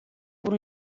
por